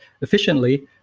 efficiently